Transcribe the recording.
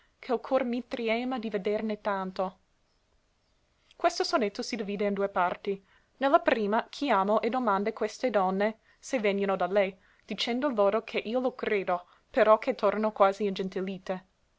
che l cor mi triema di vederne tanto questo sonetto si divide in due parti ne la prima chiamo e domando queste donne se vegnono da lei dicendo loro che io lo credo però che tornano quasi ingentilite ne